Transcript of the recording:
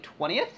20th